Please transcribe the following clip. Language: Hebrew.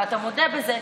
ואתה מודה בזה,